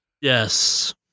Yes